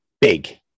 big